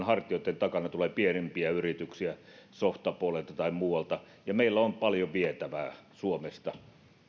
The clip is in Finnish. hartioitten takana tulee pienempiä yrityksiä softapuolelta tai muualta ja meillä on paljon vietävää suomesta